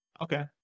Okay